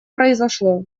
произошло